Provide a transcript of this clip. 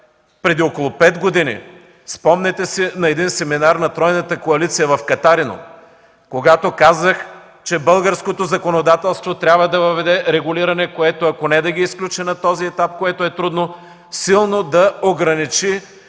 преди около пет години, спомняте си, на един семинар на тройната коалиция в Катарино, когато казах, че българското законодателство трябва да въведе регулиране, което, ако не да ги изключи на този етап, което е трудно, то силно да ограничи